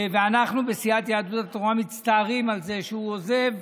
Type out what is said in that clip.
ואנחנו בסיעת יהדות התורה מצטערים על זה שהוא עוזב.